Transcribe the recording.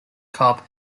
cop